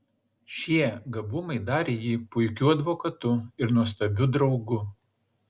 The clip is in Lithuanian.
šie gabumai darė jį puikiu advokatu ir nuostabiu draugu